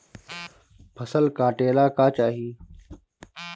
फसल काटेला का चाही?